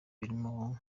birimo